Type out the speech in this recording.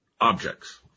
objects